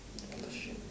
what the shit